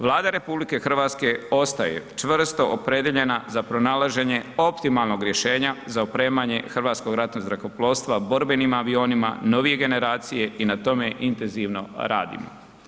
Vlada RH ostaje čvrsto opredijeljena za pronalaženje optimalnog rješenja za opremanje Hrvatskog ratnog zrakoplovstva borbenim avionima novije generacije i na tome intenzivno radimo.